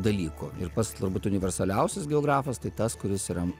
dalykų ir pats turbūt universaliausias geografas tai tas kuris yra